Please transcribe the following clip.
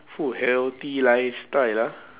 for healthy lifestyle ah